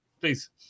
please